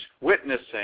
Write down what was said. witnessing